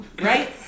Right